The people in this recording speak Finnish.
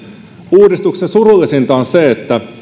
uudistuksessa surullisinta on se että